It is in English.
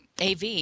AV